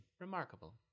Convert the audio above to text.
remarkable